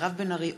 מירב בן ארי,